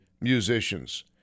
musicians